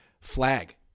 flag